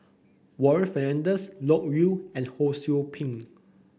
Warren Fernandez Loke Yew and Ho Sou Ping